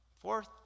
Fourth